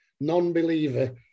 non-believer